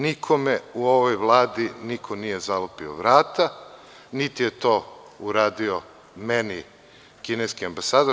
Nikada nikome u ovoj Vladi niko nije zalupio vrata niti je to uradio meni kineski ambasador.